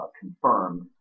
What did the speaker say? confirmed